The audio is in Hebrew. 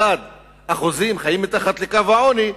ש-57.1% מהם חיים מתחת לקו העוני,